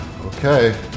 okay